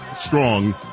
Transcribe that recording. Strong